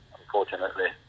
unfortunately